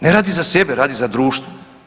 Ne radi za sebe, radi za društvo.